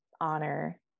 honor